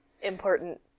important